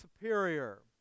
superior